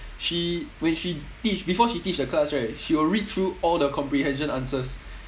she when she teach before she teach the class right she will read through all the comprehension answers